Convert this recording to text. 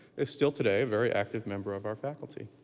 is still today a very active member of our faculty.